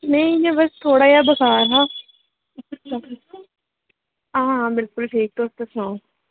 नेईं इयां बस थोह्ड़ा जेहा बखार हा हां बिल्कुल ठीक तुस ते सनाओ